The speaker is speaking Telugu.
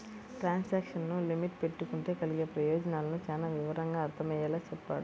ట్రాన్సాక్షను లిమిట్ పెట్టుకుంటే కలిగే ప్రయోజనాలను చానా వివరంగా అర్థమయ్యేలా చెప్పాడు